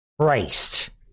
Christ